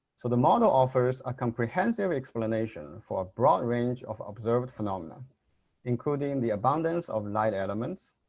so the model offers a comprehensive explanation for a broad range of observed phenomena including the abundance of light elements,